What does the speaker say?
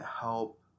help